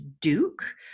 Duke